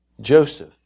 Joseph